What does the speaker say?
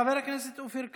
חבר הכנסת אופיר כץ.